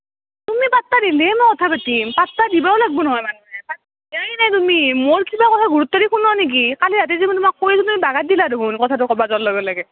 তুমি পাত্তা দিলেহে মই কথা পাতিম পাত্তা দিবও লাগিব নহয় মানুহে তুমি মোৰ কিবা কথা গুৰুত্ব দি শুনা নেকি কালি ৰাতি যে মই তোমাক কৈ আছিলো তুমি বাগৰ দিলা দেখোন কথাটো ক'ব যোৱাৰ লগে লগে